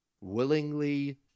Willingly